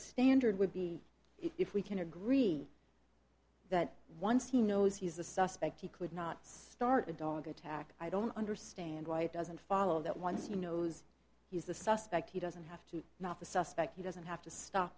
standard would be if we can agree that once he knows he's a suspect he could not start a dog attack i don't understand why it doesn't follow that once he knows he's the suspect he doesn't have to not the suspect doesn't have to stop